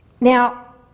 Now